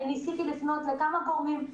ניסיתי לפנות לכמה גורמים,